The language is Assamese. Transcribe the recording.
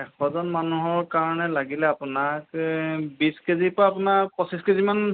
এশজন মানুহৰ কাৰণে লাগিলে আপোনাক বিশ কেজিৰ পৰা আপোনাৰ পঁচিছ কেজিমান